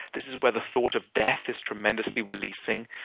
this is where the thought of death is tremendously releasing,